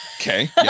okay